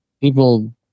People